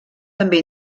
també